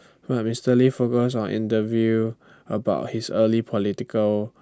but Mister lee focused on interview about his early political